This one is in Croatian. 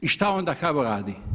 I šta onda HBOR radi?